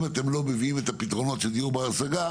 אם אתם לא מביאים את הפתרונות של דיור בר השגה,